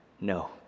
no